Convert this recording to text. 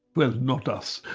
well not us,